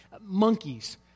Monkeys